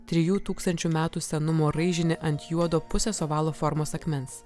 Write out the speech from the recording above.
trijų tūkstančių metų senumo raižinį ant juodo pusės ovalo formos akmens